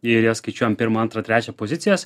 ir jas skaičiuojam pirmą antrą trečią pozicijas